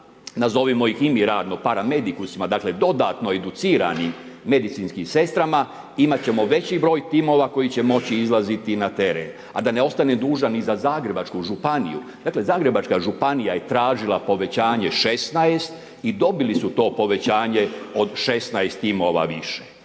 nazovimo ih i mi radno, paramedikusima, dakle dodatno educiranim medicinskim sestrama. Imati ćemo veći broj timova koji će moći izlaziti na teren. A da ne ostanem dužan i za Zagrebačku županiju. Dakle, Zagrebačka županija je tražila povećanje 16 i dobili su to povećanje od 16 timova više.